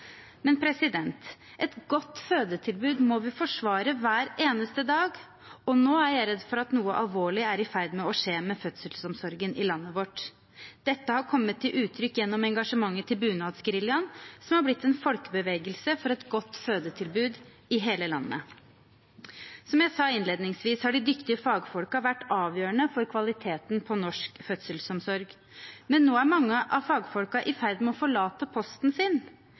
Men et godt fødetilbud må vi forsvare hver eneste dag, og nå er jeg redd for at noe alvorlig er i ferd med å skje med fødselsomsorgen i landet vårt. Dette har kommet til uttrykk gjennom engasjementet til bunadsgeriljaen, som har blitt en folkebevegelse for et godt fødetilbud i hele landet. Som jeg sa innledningsvis, har de dyktige fagfolkene vært avgjørende for kvaliteten på norsk fødselsomsorg, men nå er mange av fagfolkene i ferd med å forlate posten sin.